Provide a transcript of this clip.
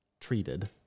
treated